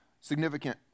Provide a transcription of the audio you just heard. significant